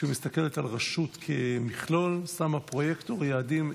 שמסתכלת על רשות כמכלול ושמה פרויקטור, יעדים.